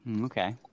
okay